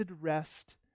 rest